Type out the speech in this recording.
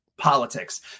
politics